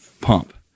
pump